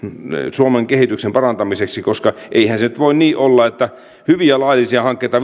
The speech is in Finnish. suomen kehityksen parantamiseksi koska eihän se nyt voi olla niin että viranomaiset estävät hyviä laillisia hankkeita